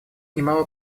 немало